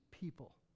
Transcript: people